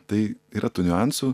tai yra tų niuansų